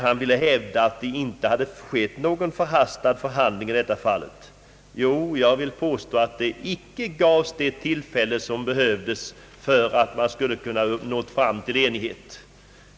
Han ville hävda att det inte hade skett någon förhastad behandling. Jag vill påstå att det icke gavs tillfälle att nå fram till enighet.